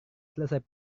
selesai